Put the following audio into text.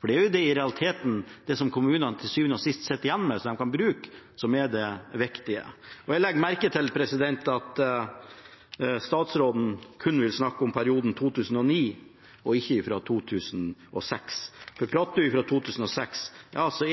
for det er jo i realiteten det som kommunene til syvende og sist sitter igjen med, og som de kan bruke, som er det viktige. Og jeg legger merke til at statsråden kun vil snakke om perioden fra 2009 og ikke om perioden fra 2006, for hvis man prater om perioden fra 2006,